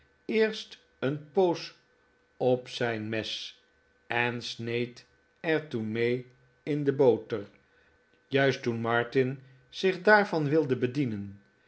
eerst een poos op zijn mes en sneed er toen mee in de boter juist toen martin zich daarvan wilde bedienen